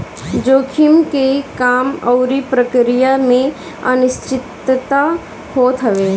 जोखिम के काम अउरी प्रक्रिया में अनिश्चितता होत हवे